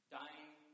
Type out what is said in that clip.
dying